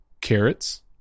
carrots